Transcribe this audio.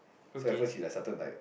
so at first she started like